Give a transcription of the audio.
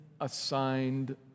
assigned